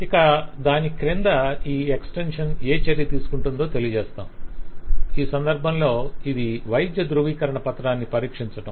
ఇక దాని క్రింద ఈ ఎక్స్టెన్షన్ ఏ చర్య తీసుకుటుందో తెలియజేస్తాము ఈ సందర్భంలో ఇది వైద్య ధృవీకరణ పత్రాన్ని పరీక్షించటం